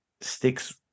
sticks